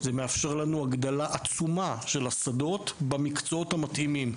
זה מאפשר לנו הגדלה עצומה של השדות במקצועות המתאימים.